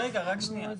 רגע, רק שנייה.